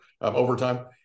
overtime